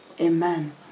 Amen